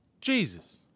Jesus